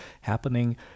happening